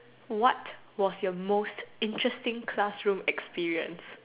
what was your most interesting class room experience